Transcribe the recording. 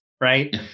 right